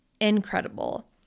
incredible